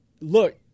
look